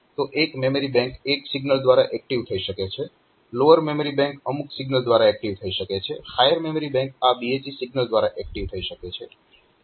તો એક memory bank એક સિગ્નલ દ્વારા એક્ટીવ થઈ શકે છે લોઅર મેમરી બેંક અમુક સિગ્નલ દ્વારા એક્ટીવ થઈ શકે છે હાયર મેમરી બેંક આ BHE સિગ્નલ દ્વારા એક્ટીવ થઈ શકે છે